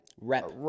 rep